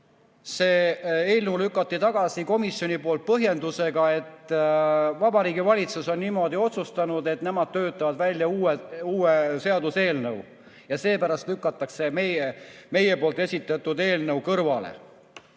see eelnõu lükati komisjoni poolt tagasi põhjendusega, et Vabariigi Valitsus on niimoodi otsustanud, nemad töötavad välja uue seaduseelnõu ja seepärast lükatakse meie esitatud eelnõu kõrvale.